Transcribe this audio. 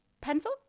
Pencil